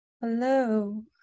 Hello